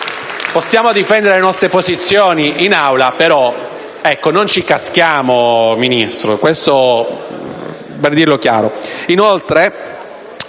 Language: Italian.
Possiamo difendere le nostre posizioni in Aula, ma non ci caschiamo, signor